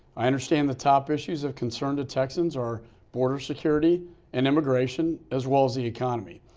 i understand the top issues of concern to texans are border security and immigration as well as the economy.